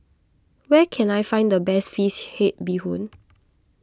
where can I find the best Fish Head Bee Hoon